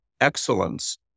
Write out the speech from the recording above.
excellence